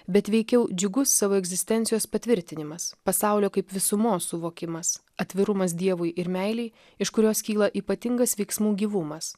bet veikiau džiugus savo egzistencijos patvirtinimas pasaulio kaip visumos suvokimas atvirumas dievui ir meilei iš kurios kyla ypatingas veiksmų gyvumas